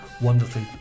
wonderfully